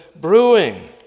brewing